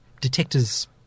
detectors